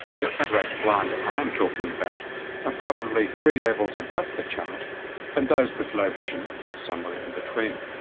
the cataract blind i am talking about are probably three levels above the chart and those with low vision somewhere in between.